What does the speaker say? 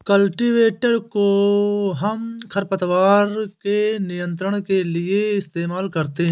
cultivator कोहम खरपतवार के नियंत्रण के लिए इस्तेमाल करते हैं